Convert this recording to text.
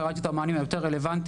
פירטתי את המענים היותר רלוונטיים.